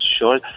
Sure